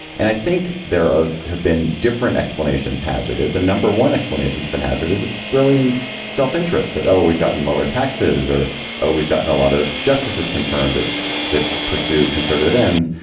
and i think there have been different explanations hazarded. the number one explanation has been hazard is its brilliant self-interest that oh we've gotten lower taxes or oh we've gotten a lot of justices confirmed that that pursue conservative ends.